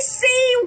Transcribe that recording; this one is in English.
see